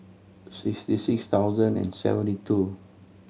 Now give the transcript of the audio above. sixty six thousand and seventy two